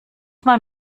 man